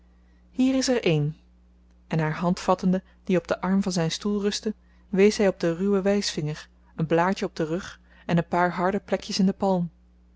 hier is er een en haar hand vattende die op den arm van zijn stoel rustte wees hij op den ruwen wijsvinger een blaartje op den rug en een paar harde plekjes in de palm